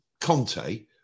Conte